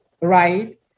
Right